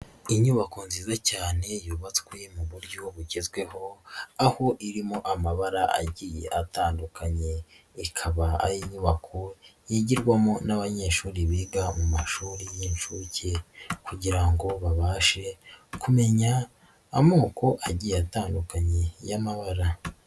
Inyubako nziza cyane yubatswe mu buryo bugezweho, aho irimo amabara agiye atandukanye, ikaba ari inyubako yigirwamo n'abanyeshuri biga mu mashuri y'inshuke kugira ngo babashe kumenya amoko agiye atandukanye y'amabara.